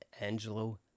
Angelo